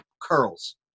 curls